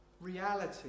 reality